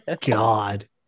God